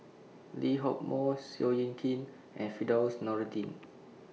Lee Hock Moh Seow Yit Kin and Firdaus Nordin